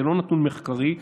זה לא נתון מחקרי,